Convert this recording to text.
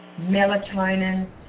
melatonin